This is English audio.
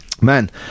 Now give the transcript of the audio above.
Man